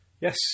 Yes